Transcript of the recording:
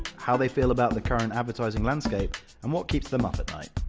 how they feel about the current advertising landscape and what keeps them up at night.